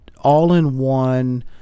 all-in-one